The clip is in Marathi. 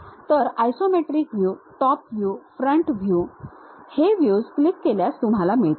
तर isometric view top view front view हे व्ह्यूज क्लिक केल्यास तुम्हाला मिळतील